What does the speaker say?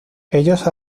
ellos